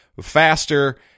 faster